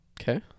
okay